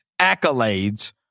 accolades